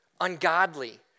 ungodly